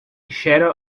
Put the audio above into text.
shadow